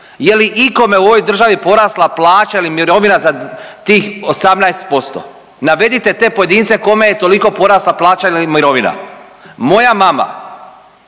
Je li ikome u ovoj državi porasla plaća ili mirovina za tih 18%? Navedite te pojedince kome je toliko porasla plaća ili mirovina. Moja mama